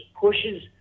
pushes